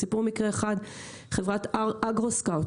אז הסיפור הראשון הוא חברת "אגרו סקרט",